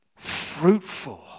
fruitful